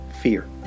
fear